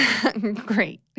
Great